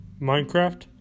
Minecraft